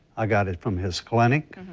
i got it from his clinic,